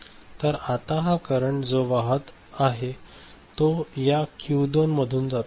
तर आता हा करंट जो वाहत आहे तो या क्यू 2 मधून जातो